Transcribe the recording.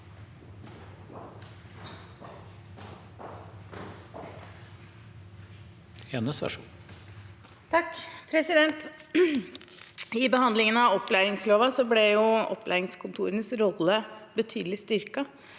behandlingen av opplæringsloven ble opplæringskontorenes rolle betydelig styrket.